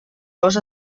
dos